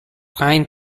rein